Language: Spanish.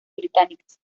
británicas